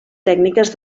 tècniques